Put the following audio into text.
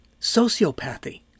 sociopathy